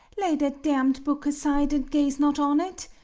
lay that damned book aside, and gaze not on it,